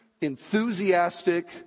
enthusiastic